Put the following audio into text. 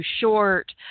short